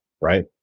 right